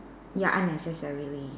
ya unnecessarily